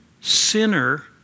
sinner